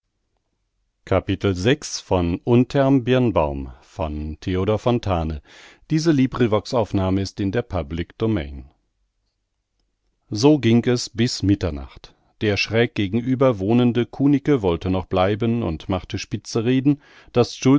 so ging es bis mitternacht der schräg gegenüber wohnende kunicke wollte noch bleiben und machte spitze reden daß